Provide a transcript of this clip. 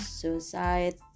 suicide